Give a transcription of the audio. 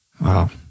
Wow